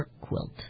quilt